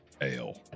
Ale